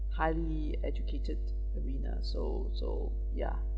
highly educated arena so so ya